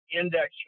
index